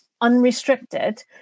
unrestricted